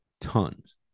tons